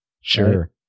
Sure